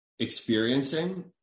Experiencing